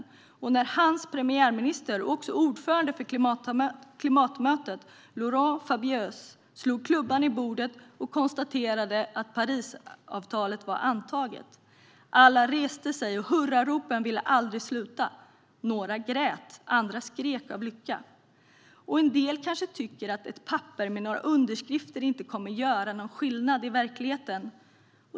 Jag minns också när hans premiärminister Laurent Fabius, tillika ordförande för klimatmötet, slog klubban i bordet och konstaterade att Parisavtalet var antaget. Alla reste sig, och hurraropen ville aldrig sluta. Några grät. Andra skrek av lycka. En del kanske tycker att ett papper med några underskrifter inte kommer att göra någon skillnad i verkligheten.